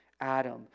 Adam